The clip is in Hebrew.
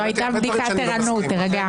זאת הייתה בדיקת ערנות, תירגע.